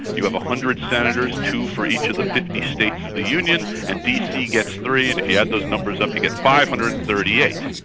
you have one hundred senators, two for each of the fifty states of the union, and dc gets three, and if you add those numbers up, you get five hundred and thirty eight.